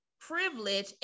privilege